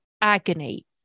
agony